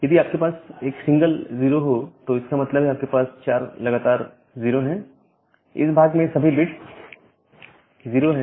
यदि आपके पास एक सिंगल 0 हो तो इसका मतलब है आपके पास 4 लगातार 0 है इस भाग में सभी बिट 0 हैं